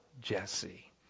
Jesse